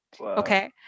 okay